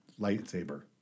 lightsaber